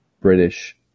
British